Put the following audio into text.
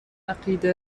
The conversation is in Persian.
عقیده